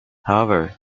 however